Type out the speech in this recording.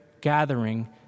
gathering